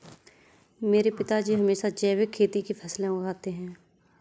मेरे पिताजी हमेशा जैविक खेती की फसलें उगाते हैं